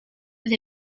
with